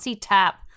tap